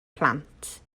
plant